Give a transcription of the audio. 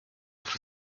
for